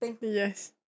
Yes